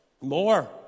more